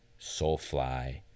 Soulfly